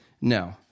No